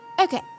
Okay